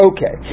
Okay